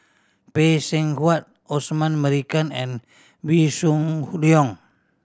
Phay Seng Whatt Osman Merican and Wee Shoo Leong